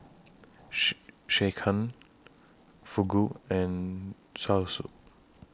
She Sekihan Fugu and Zosui